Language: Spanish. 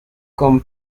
con